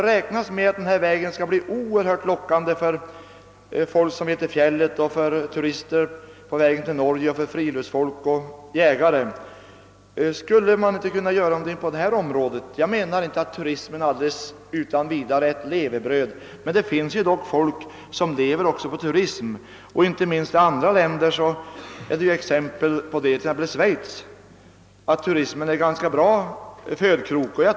Graddisvägen väntas bli mycket lockande för människor som reser till fjälls, för turister på väg till Norge, för friluftsmänniskor och jägare. Skulle nan inte kunna göra något i det fallet? Jag menar inte att turismen enbart kan bli ett levebröd för kommunens invånare, men det finns ändå människor som lever på den. Det kan man se exempel på t.ex. i Schweiz, där turismen är en ganska bra födkrok.